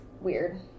weird